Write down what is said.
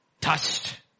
touched